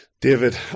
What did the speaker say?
David